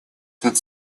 этот